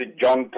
John